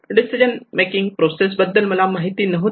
decision making process बद्दल मला माहिती नव्हते